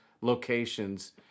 locations